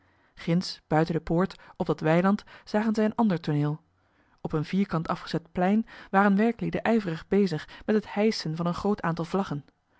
ginds buiten de poort op dat weiland zagen zij een ander tooneel op een vierkant afgezet plein waren werklieden ijverig bezig met het hijschen van een groot aantal vlaggen